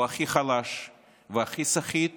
הוא הכי חלש והכי סחיט